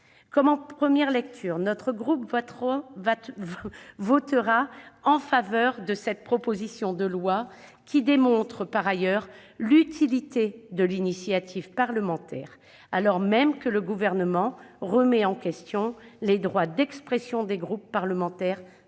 Comme en première lecture, le groupe CRCE votera en faveur de cette proposition de loi, qui démontre par ailleurs l'utilité de l'initiative parlementaire, alors même que le Gouvernement remet en question les droits d'expression des groupes parlementaires